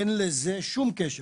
אין לזה שום קשר,